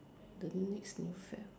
the next new fad